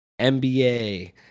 NBA